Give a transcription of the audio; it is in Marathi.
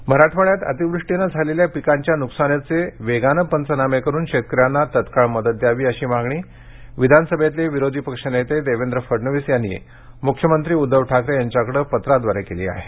फडणवीस मराठवाड्यात अतिवृष्टीनं झालेल्या पिकांच्या नुकसानीचे वेगाने पंचनामे करून शेतकऱ्यांना तत्काळ मदत द्यावी अशी मागणी विधानसभेतले विरोधी पक्षनेते देवेंद्र फडणवीस यांनी मुख्यमंत्री उद्धव ठाकरे यांच्याकडे पत्राद्वारे केली आहे